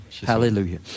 Hallelujah